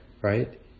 right